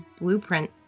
blueprint